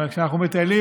אבל כשאנחנו מטיילים,